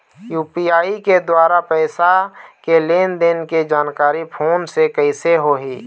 UPI के द्वारा पैसा के लेन देन के जानकारी फोन से कइसे होही?